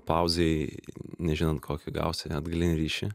pauzėj nežinant kokį gausi atgalinį ryšį